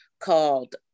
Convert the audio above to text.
called